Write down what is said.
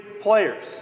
players